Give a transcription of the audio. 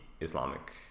Islamic